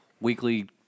weekly